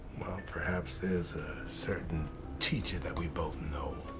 perhaps there's a certain teacher that we both know.